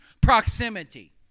proximity